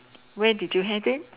where did you have it